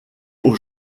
aux